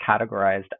categorized